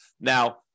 Now